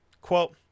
quote